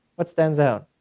what stands out?